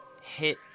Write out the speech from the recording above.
hit